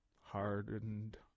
hardened